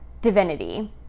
divinity